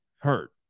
hurt